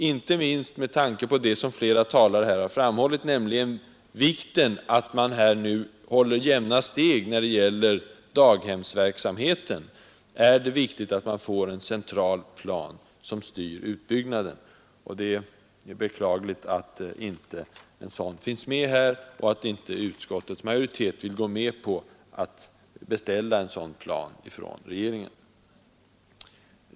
Inte minst med tanke på vad flera talare här har framhållit, nämligen vikten av att hålla jämna steg när det gäller daghemsverksamheten, är det viktigt att få en central plan som styr utbyggnaden. Det är beklagligt att inte någon sådan finns med här och att inte utskottets majoritet vill gå med på att beställa en sådan plan från regeringen.